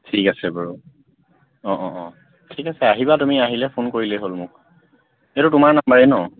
ঠিক আছে বাৰু অঁ অঁ অঁ ঠিক আছে আহিবা তুমি আহিলে ফোন কৰিলেই হ'ল মোক এইটো তোমাৰ নাম্বাৰেই ন